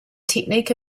technique